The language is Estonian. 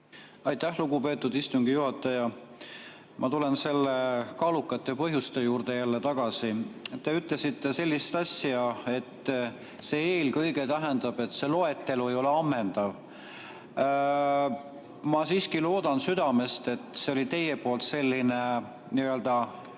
Aitäh, lugupeetud istungi juhataja! Ma tulen kaalukate põhjuste juurde jälle tagasi. Te ütlesite sellist asja, et see "eelkõige" tähendab, et see loetelu ei ole ammendav. Ma siiski loodan südamest, et see oli teie n-ö keeleline apsakas,